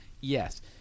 Yes